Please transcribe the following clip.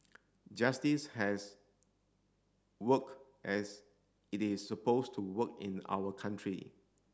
justice has worked as it is supposed to work in our country